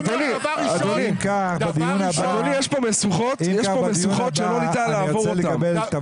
אדוני, יש פה משוכות שלא ניתן לעבור אותן.